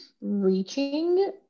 reaching